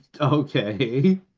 Okay